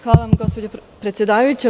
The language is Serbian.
Hvala vam gospođo predsedavajuća.